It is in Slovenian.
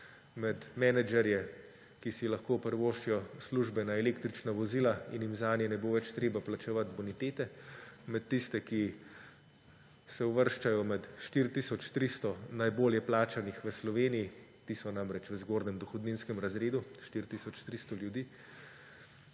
med menedžerje, ki si lahko privoščijo službena električna vozila in jim zanje ne bo več treba plačevati bonitete; med tiste, ki se uvrščajo med 4 tisoč 300 najbolje plačanih v Sloveniji – ti so namreč v zgornjem dohodninskem razredu, 4 tisoč 300 ljudi